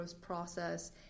process